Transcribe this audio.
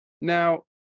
Now